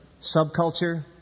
subculture